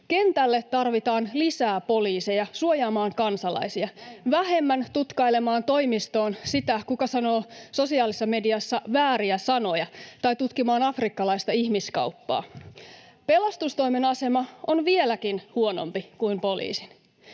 Kentälle tarvitaan lisää poliiseja suojaamaan kansalaisia, vähemmän tutkailemaan toimistoon sitä, kuka sanoo sosiaalisessa mediassa vääriä sanoja, tai tutkimaan afrikkalaista ihmiskauppaa. Pelastustoimen asema on vieläkin huonompi kuin poliisin.